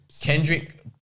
Kendrick